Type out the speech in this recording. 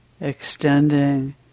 extending